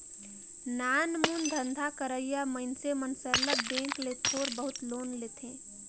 नानमुन धंधा करइया मइनसे मन सरलग बेंक ले थोर बहुत लोन लेथें